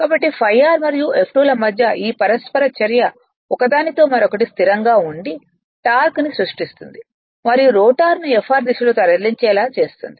కాబట్టి ∅r మరియు F2 ల మధ్య ఈ పరస్పర చర్య ఒకదానితో మరొకటి స్థిరంగా ఉండి టార్క్ను సృష్టిస్తుంది మరియు రోటర్ను Fr దిశలో తరలించేలా చేస్తుంది